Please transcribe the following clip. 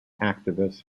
activist